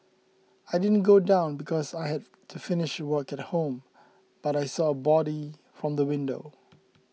I didn't go down because I had to finish work at home but I saw a body from the window